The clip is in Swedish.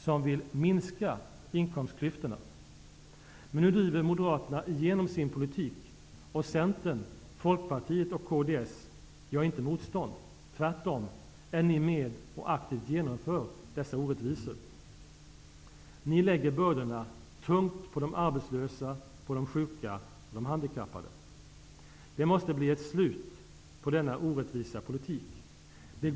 Vi vill också skjuta upp den planerade extra höjningen av boendekostnaderna med 3 miljarder till dess att fastighetsmarknaden har stabiliserats. Dessa åtgärder sammantagna kan bidra till en ökad framtidstro och till en högre aktivitet i näringslivet.